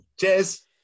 Cheers